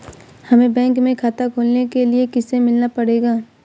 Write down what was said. हमे बैंक में खाता खोलने के लिए किससे मिलना पड़ेगा?